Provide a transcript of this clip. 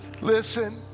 Listen